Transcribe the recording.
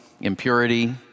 impurity